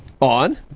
on